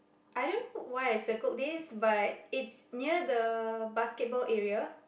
I don't know why I circled this but it's near the basketball area